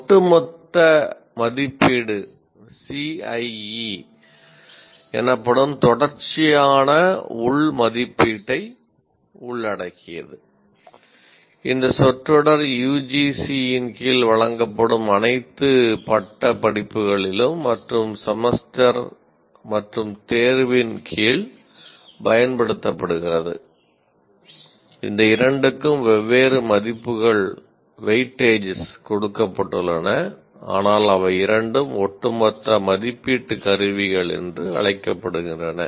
ஒட்டுமொத்த மதிப்பீடு CIE எனப்படும் தொடர்ச்சியான உள் மதிப்பீட்டை உள்ளடக்கியது இந்த சொற்றொடர் யுஜிசி கொடுக்கப்பட்டுள்ளன ஆனால் அவை இரண்டும் ஒட்டுமொத்த மதிப்பீட்டு கருவிகள் என்று அழைக்கப்படுகின்றன